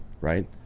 Right